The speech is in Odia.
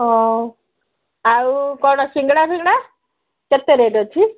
ହ ଆଉ କ'ଣ ସିଙ୍ଗଡ଼ା ଫିଙ୍ଗଡ଼ା କେତେ ରେଟ୍ ଅଛି